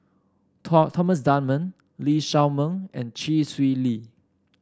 Thomas Dunman Lee Shao Meng and Chee Swee Lee